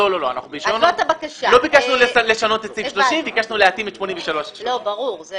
לא ביקשנו לשנות את סעיף 30. ביקשנו להתאים את 83. זה מובן.